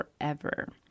forever